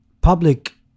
public